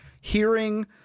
hearing